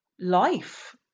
life